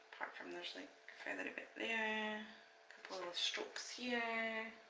apart from the like feathers there couple of strokes here